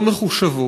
לא מחושבות,